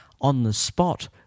on-the-spot